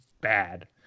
bad